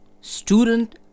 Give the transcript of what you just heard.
student